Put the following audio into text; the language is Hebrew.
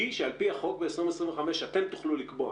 היא שעל פי החוק ב-2025 אתם תוכלו לקבוע